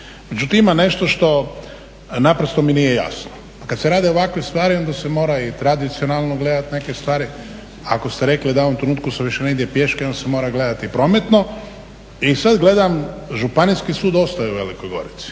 Međutim, ima nešto što naprosto mi nije jasno. Kad se rade ovakve stvari onda se mora i tradicionalno gledat neke stvari. Ako ste rekli da u ovom trenutku se više ne ide pješke, on se mora gledati prometno. I sad gledam Županijski sud ostaje u Velikoj Gorici.